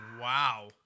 wow